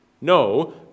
No